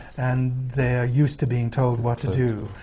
and they're used to being told what to do.